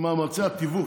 במאמצי התיווך.